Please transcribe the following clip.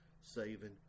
saving